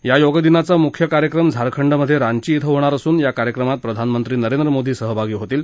या योगदिनाचा मुख्य कार्यक्रम झारखंडमधे रांची क्विं होणार असून या कार्यक्रमात प्रधानमंत्री नरेंद्र मोदी सहभागी होणार आहेत